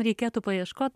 reikėtų paieškot